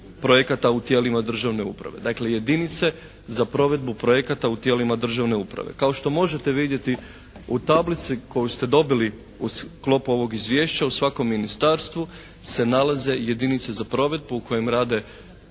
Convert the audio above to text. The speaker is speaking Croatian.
projekata u tijelima državne uprave. Dakle jedinice za provedbu projekata u tijelima državne uprave. Kao što možete vidjeti u tablici koju ste dobili u sklopu ovog izvješća u svakom ministarstvu se nalaze jedinice za provedbu u kojem rade,